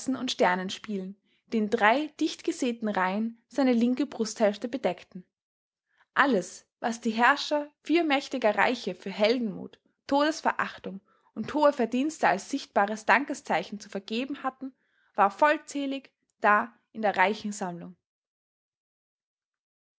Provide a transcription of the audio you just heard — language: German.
und sternen spielen die in drei dichtgesäten reihen seine linke brusthälfte bedeckten alles was die herrscher vier mächtiger reiche für heldenmut todesverachtung und hohe verdienste als sichtbares dankeszeichen zu vergeben hatten war vollzählig da in der reichen sammlung